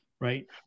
Right